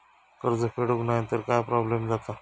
कर्ज फेडूक नाय तर काय प्रोब्लेम जाता?